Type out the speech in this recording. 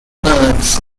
birds